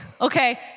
okay